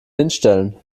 hinstellen